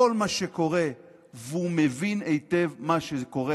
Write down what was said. פספסתי את התוכנית שבאה ועוזרת לנגיד בנק ישראל להקפיא